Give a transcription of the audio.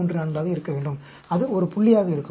414 ஆக இருக்க வேண்டும் அது ஒரு புள்ளியாக இருக்கும்